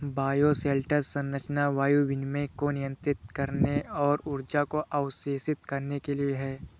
bioshelter संरचना वायु विनिमय को नियंत्रित करने और ऊर्जा को अवशोषित करने के लिए है